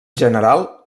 general